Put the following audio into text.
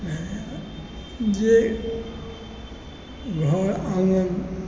जे घर आङ्गनके